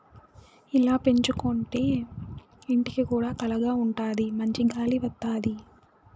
ఇలా పెంచుకోంటే ఇంటికి కూడా కళగా ఉంటాది మంచి గాలి వత్తది